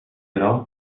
راه